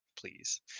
please